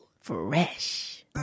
fresh